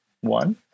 one